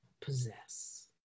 possess